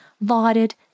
lauded